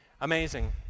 Amazing